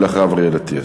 אחריו, אריאל אטיאס.